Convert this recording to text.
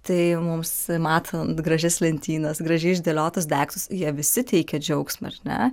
tai mums matant gražias lentynas gražiai išdėliotus daiktus jie visi teikia džiaugsmą ar ne